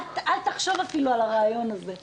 אל תחשוב אפילו על הרעיון הזה.